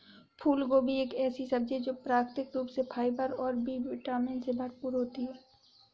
फूलगोभी एक ऐसी सब्जी है जो प्राकृतिक रूप से फाइबर और बी विटामिन से भरपूर होती है